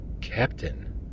Captain